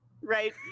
right